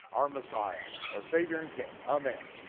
our messiah, our savior and king, amen.